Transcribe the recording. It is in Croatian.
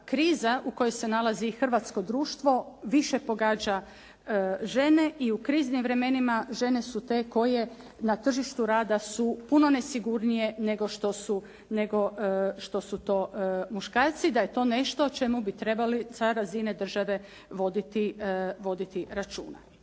kriza u kojoj se nalazi i hrvatsko društvo više pogađa žene i u kriznim vremenima žene su te koje na tržištu rada su puno nesigurnije nego što su to muškarci, da je to nešto o čemu bi trebali sa razine države voditi računa.